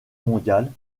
mondiale